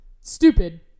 Stupid